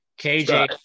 KJ